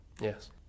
Yes